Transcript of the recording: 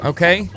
Okay